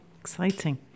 exciting